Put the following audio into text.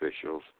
officials